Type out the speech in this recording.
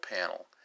panel